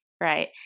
right